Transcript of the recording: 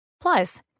Plus